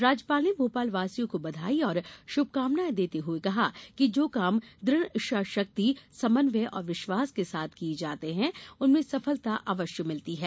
राज्यपाल ने भोपालवासियों को बधाई और शुभकामनाएं देते हुए कहा कि जो काम दृढ़ इच्छा शक्ति समन्वय और विश्वास के साथ किये जाते हैं उनमें सफलता अवश्य मिलती है